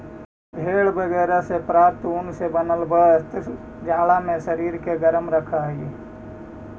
भेड़ बगैरह से प्राप्त ऊन से बनल वस्त्र जाड़ा में शरीर गरम रखऽ हई